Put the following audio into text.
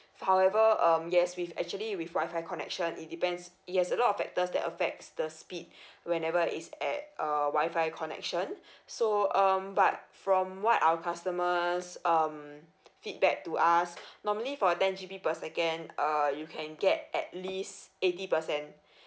f~ however um yes with actually with wifi connection it depends it has a lot of factors that affects the speed whenever is at a wifi connection so um but from what our customers um feedback to us normally for a ten G_B per second uh you can get at least eighty percent